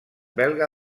belga